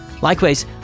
Likewise